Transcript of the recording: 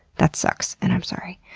that sucks and i'm sorry.